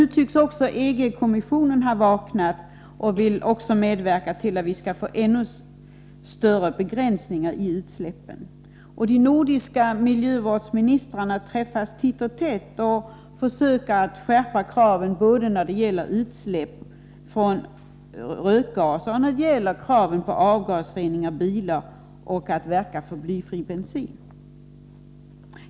Nu tycks också EG-kommissionen ha vaknat och vara villig att medverka till ännu större begränsningar i utsläppen. De nordiska miljövårdsministrarna träffas titt och tätt och försöker att skärpa kraven både när det gäller utsläpp från rökgaser och i fråga om bilarnas avgasrening. De verkar också för införandet av blyfri bensin.